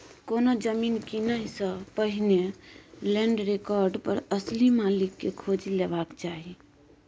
कोनो जमीन कीनय सँ पहिने लैंड रिकार्ड पर असली मालिक केँ खोजि लेबाक चाही